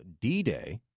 D-Day